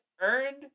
earned